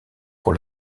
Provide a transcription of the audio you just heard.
pour